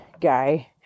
guy